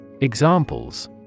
Examples